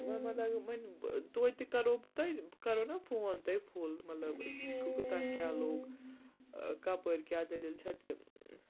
وۄنۍ ما لَگ وۄنۍ تویتہِ کَرو بہٕ تۄہہِ بہٕ کَرو نا فون تۄہہِ فُل مطلب کوٗتاہ کیٛاہ لوٚگ کَپٲرۍ کیٛاہ دٔلیٖل چھےٚ تہِ